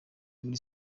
muri